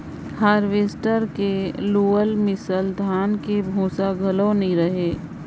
harvester के लुअल मिसल धान में भूसा घलो नई रहें